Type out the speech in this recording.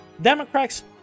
Democrats